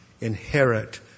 inherit